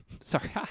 sorry